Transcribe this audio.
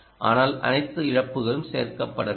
ஆனால் அனைத்து இழப்புகளும் சேர்க்கப்படவில்லை